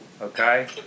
okay